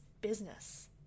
business